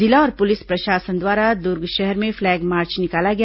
जिला और पुलिस प्रशासन द्वारा दुर्ग शहर में फ्लैग मार्च निकाला गया